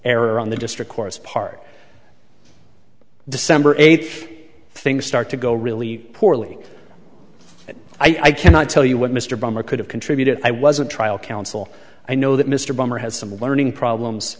error on the district court's part december eighth things start to go really poorly and i cannot tell you what mr brymer could have contributed i was a trial counsel i know that mr brymer has some learning problems